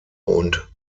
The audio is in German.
und